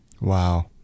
Wow